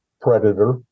Predator